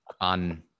on